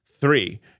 Three